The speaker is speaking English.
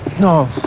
No